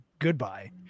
goodbye